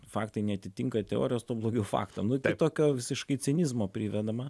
faktai neatitinka teorijos tuo blogiau faktams nu prie tokio visiškai cinizmo privedama